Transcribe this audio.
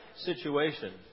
situation